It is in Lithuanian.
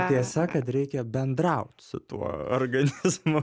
ar tiesa kad reikia bendraut su tuo organizmu